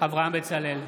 אברהם בצלאל,